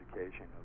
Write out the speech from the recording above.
education